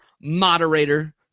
moderator